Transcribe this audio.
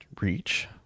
reach